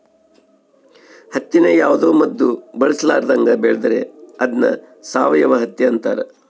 ಹತ್ತಿನ ಯಾವುದೇ ಮದ್ದು ಬಳಸರ್ಲಾದಂಗ ಬೆಳೆದ್ರ ಅದ್ನ ಸಾವಯವ ಹತ್ತಿ ಅಂತಾರ